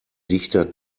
dichter